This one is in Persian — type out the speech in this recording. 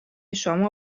شما